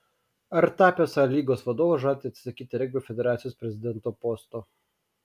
ar tapęs a lygos vadovu žadate atsisakyti regbio federacijos prezidento posto